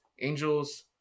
Angels